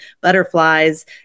butterflies